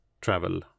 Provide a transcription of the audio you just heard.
travel